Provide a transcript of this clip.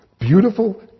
beautiful